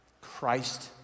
Christ